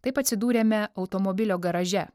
taip atsidūrėme automobilio garaže